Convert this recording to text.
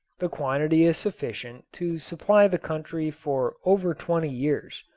the quantity is sufficient to supply the country for over twenty years,